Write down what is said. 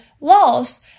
laws